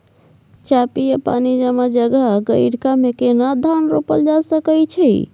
चापि या पानी जमा जगह, गहिरका मे केना धान रोपल जा सकै अछि?